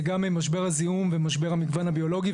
זה גם משבר הזיהום ומשבר המגוון הביולוגי,